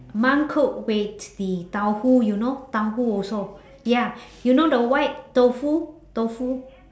mum cook with the tahu you know tahu also ya you know the white tofu tofu